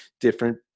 different